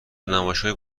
نمایشگاهی